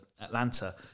Atlanta